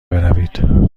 بروید